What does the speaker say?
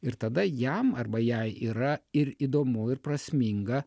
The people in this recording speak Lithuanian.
ir tada jam arba jai yra ir įdomu ir prasminga